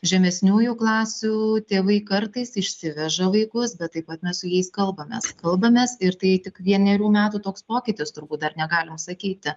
žemesniųjų klasių tėvai kartais išsiveža vaikus bet taip pat mes su jais kalbamės kalbamės ir tai tik vienerių metų toks pokytis turbūt dar negalim sakyti